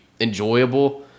enjoyable